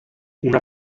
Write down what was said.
una